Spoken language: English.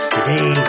Today